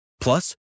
Plus